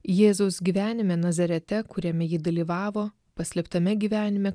jėzaus gyvenime nazarete kuriame ji dalyvavo paslėptame gyvenime